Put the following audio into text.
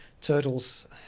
Turtles